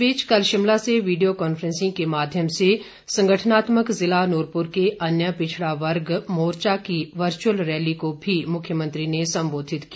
इस बीच कल शिमला से वीडियो कांफ्रेसिंग के माध्यम से संगठनात्मक जिला नूरपुर के अन्य पिछड़ा वर्ग मोर्चा की वर्घुअल रैली को भी मुख्यमंत्री ने संबोधित किया